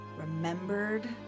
remembered